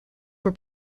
were